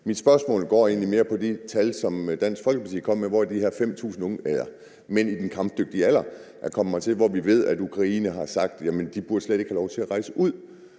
Mit spørgsmål går egentlig mere på de tal, som Dansk Folkeparti kom med om de her 5.000 mænd i den kampdygtige alder, der er kommet hertil, hvor vi ved at Ukraine har sagt, at de slet ikke burde have lov til at rejse ud.